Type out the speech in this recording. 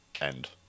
End